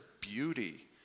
beauty